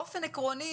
באופן עקרוני,